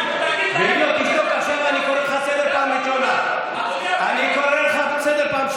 ואם לא תשתוק עכשיו אני קורא אותך לסדר פעם ראשונה.